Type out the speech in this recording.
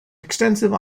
extensive